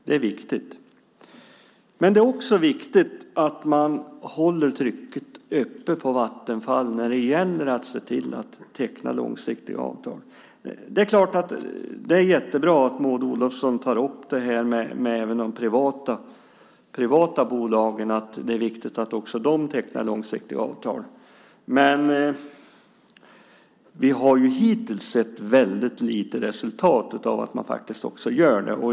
Det är viktigt. Det är också viktigt att man håller trycket uppe på Vattenfall när det gäller att se till att teckna långsiktiga avtal. Det är jättebra att Maud Olofsson tar upp frågan om de privata bolagen och att det är viktigt att också de tecknar långsiktiga avtal. Men vi har hittills sett väldigt lite resultat och att man faktiskt gör det.